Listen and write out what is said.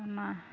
ᱚᱱᱟ